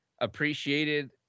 appreciated